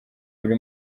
buri